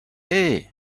hey